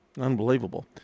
Unbelievable